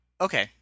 Okay